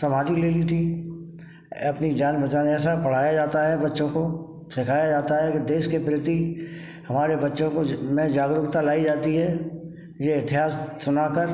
समाधि ले ली थी अपनी जान बचाने जैसा पढ़ाया जाता है बच्चों को सिखाया जाता है कि देश के प्रति हमारे बच्चों को में जागरूकता लाई जाती है यह इतिहास सुना कर